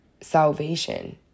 salvation